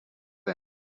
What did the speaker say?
them